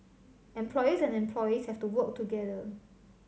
employers and employees have to work together